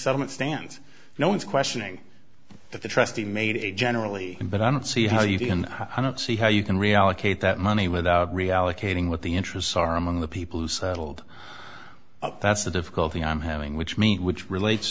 settlement stands no one's questioning that the trustee made a generally but i don't see how you can i don't see how you can reallocate that money without reallocating what the interests are among the people who settled up that's the difficulty i'm having which me which relates